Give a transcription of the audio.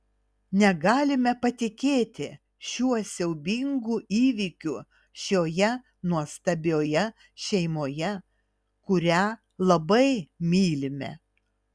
negalime patikėti šiuo siaubingu įvykiu šioje nuostabioje šeimoje kurią labai mylime